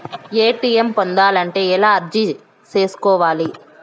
ATM పొందాలంటే ఎలా అర్జీ సేసుకోవాలి?